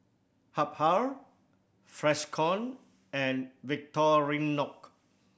Habhal Freshkon and Victorinox